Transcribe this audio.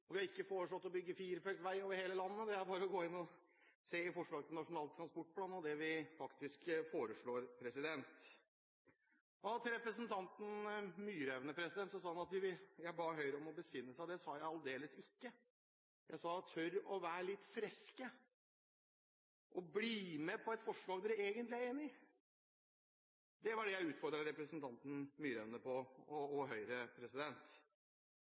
transportplan. Vi har ikke foreslått å bygge firefelts vei over hele landet. Det er bare å gå inn og se på forslaget til Nasjonal transportplan og det vi faktisk foreslår. Til representanten Myraune: Han sa at jeg ba Høyre om å besinne seg. Det sa jeg aldeles ikke. Jeg sa: Tør å være litt freske og bli med på et forslag dere egentlig er enig i! Det var det jeg utfordret representanten Myraune og Høyre